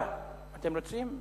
אתם רוצים?